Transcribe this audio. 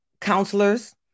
counselors